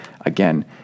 again